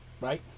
right